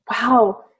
wow